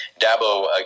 Dabo